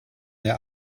der